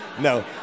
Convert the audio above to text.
no